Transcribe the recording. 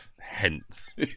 hence